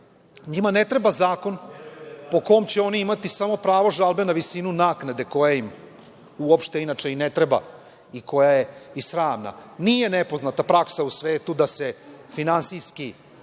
ne treba zakon po kom će oni imati samo pravo žalbe na visinu naknade koja im uopšte, inače i ne treba i koja je i sramna. Nije nepoznata praksa u svetu da se finansijski